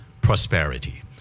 prosperity